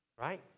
Right